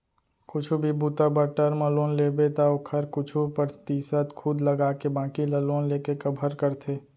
कुछु भी बूता बर टर्म लोन लेबे त ओखर कुछु परतिसत खुद लगाके बाकी ल लोन लेके कभर करथे